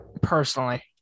Personally